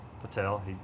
Patel